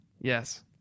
Yes